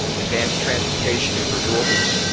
advanced transportation and renewables,